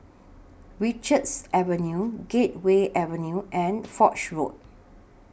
Richards Avenue Gateway Avenue and Foch Road